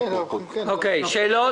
יש שאלות?